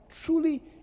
truly